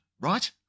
right